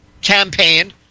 campaign